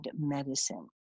medicine